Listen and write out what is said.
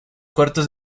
cuartos